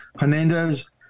Hernandez